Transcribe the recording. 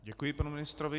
Děkuji panu ministrovi.